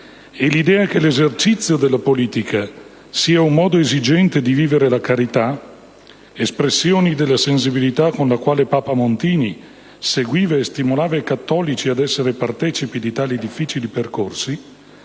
e l'idea che l'esercizio della politica sia un modo esigente di vivere la carità, espressioni della sensibilità con la quale Papa Montini seguiva e stimolava i cattolici ad essere partecipi di tali difficili percorsi,